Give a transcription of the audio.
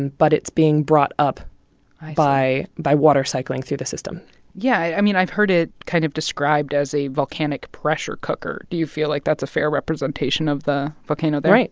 and but it's being brought up by by water cycling through the system yeah. i mean, i've heard it kind of described as a volcanic pressure cooker. do you feel like that's a fair representation of the volcano there? right.